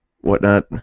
whatnot